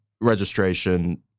registration